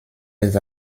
les